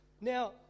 Now